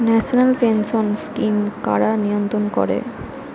National pension scheme কারা নিয়ন্ত্রণ করে?